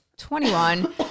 21